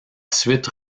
suite